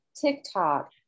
TikTok